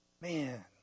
Man